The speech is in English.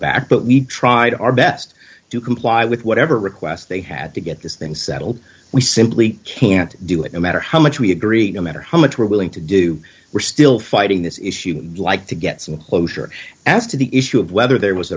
back but we tried our best to comply with whatever requests they had to get this thing settled we simply can't do it no matter how much we agree no matter how much we're willing to do we're still fighting this issue like to get some closure as to the issue of whether there was